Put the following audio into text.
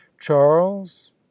charles